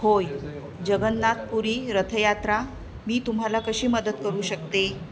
होय जगन्नाथपुरी रथयात्रा मी तुम्हाला कशी मदत करू शकते